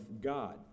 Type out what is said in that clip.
God